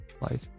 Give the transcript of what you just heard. light